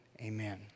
amen